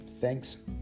Thanks